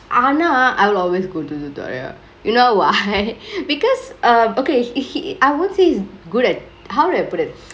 ஆன:aana I'll always go to tutorial you know why because um okay he I would say he is good at how would I put it